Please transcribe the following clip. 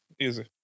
Easy